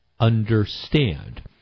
understand